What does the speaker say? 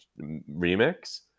remix